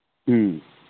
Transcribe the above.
ꯎꯝ